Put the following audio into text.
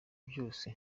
byose